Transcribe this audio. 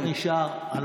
הוויכוח נשאר.